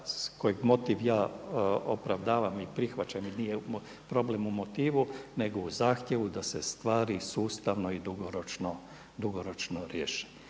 kojeg motiv ja opravdavam i prihvaćanje nije problem u motivu, nego u zahtjevu da se stvari sustavno i dugoročno riješe.